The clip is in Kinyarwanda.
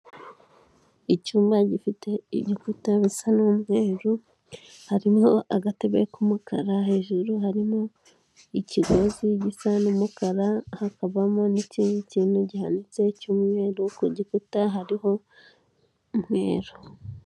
Icyumba gifite igikuta bisa n'umweru, harimo agatebe k'umukara hejuru harimo ikigozi gisa n'umukara hakabamo n'ikindi kintu gihanitse cy'umweru ku gikuta hariho umweru.